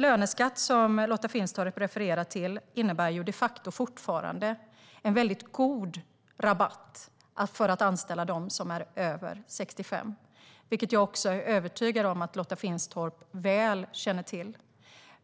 löneskatt som Lotta Finstorp refererar till innebär de facto fortfarande en väldigt god rabatt när det gäller att anställa dem som är över 65, vilket jag är övertygad om att Lotta Finstorp väl känner till.